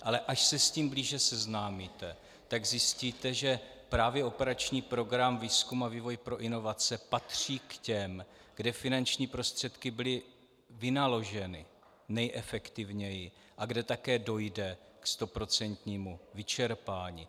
Ale až se s tím blíže seznámíte, tak zjistíte, že právě operační program Výzkum a vývoj pro inovace patří k těm, kde finanční prostředky byly vynaloženy nejefektivněji a kde také dojde k stoprocentnímu vyčerpání.